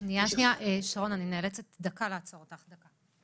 שנייה, שרון, אני נאלצת לעצור אותך לדקה.